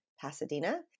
Pasadena